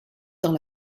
dans